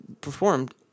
performed